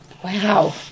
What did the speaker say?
Wow